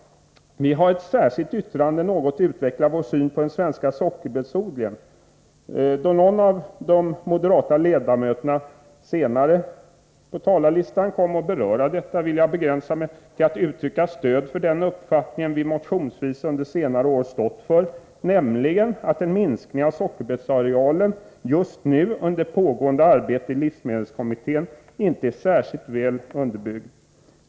Vi har i ett särskilt yttrande något utvecklat vår syn på den svenska sockerbetsodlingen. Då någon av de moderata ledamöterna senare på talarlistan kommer att beröra detta yttrande, vill jag begränsa mig till att uttrycka stöd för den uppfattning vi under senare år motionsvis stått för, nämligen att en minskning av sockerbetsarealen just nu, under pågående arbete i livsmedelskommittén, inte är särskilt väl underbyggd.